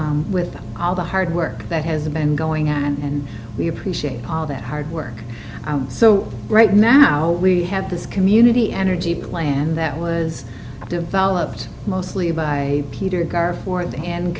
without all the hard work that has been going on and we appreciate all that hard work so right now we have this community energy plan that was developed mostly by peter gar ford and